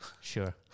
Sure